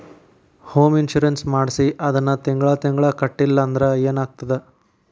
Home insurance ಮಾಡ್ಸಿ ಅದನ್ನ ತಿಂಗ್ಳಾ ತಿಂಗ್ಳಾ ಕಟ್ಲಿಲ್ಲಾಂದ್ರ ಏನಾಗ್ತದ?